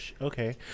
okay